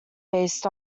based